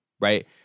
right